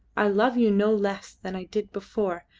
i love you no less than i did before,